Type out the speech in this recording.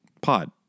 pod